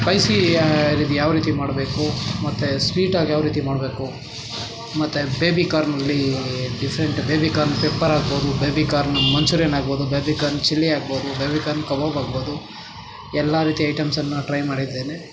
spicy ಇರೋದು ಯಾವ ರೀತಿ ಮಾಡಬೇಕು ಮತ್ತು ಸ್ವೀಟಾಗಿ ಯಾವ ರೀತಿ ಮಾಡಬೇಕು ಮತ್ತು ಬೇಬಿ ಕಾರ್ನಲ್ಲಿ ಡಿಫರೆಂಟ್ ಬೇಬಿ ಕಾರ್ನ್ ಪೆಪ್ಪರ್ ಆಗ್ಬೋದು ಬೇಬಿ ಕಾರ್ನ್ ಮಂಚೂರಿಯನ್ ಆಗ್ಬೋದು ಬೇಬಿ ಕಾರ್ನ್ ಚಿಲ್ಲಿ ಆಗ್ಬೋದು ಬೇಬಿ ಕಾರ್ನ್ ಕಬಾಬ್ ಆಗ್ಬೋದು ಎಲ್ಲ ರೀತಿಯ ಐಟೆಮ್ಸನ್ನು ಟ್ರೈ ಮಾಡಿದ್ದೇನೆ